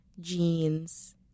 jeans